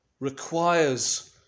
Requires